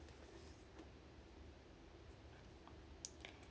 oh